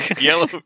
yellow